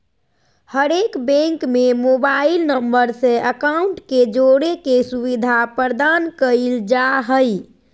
हरेक बैंक में mobile number से अकाउंट के जोड़े के सुविधा प्रदान कईल जा हइ